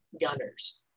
Gunners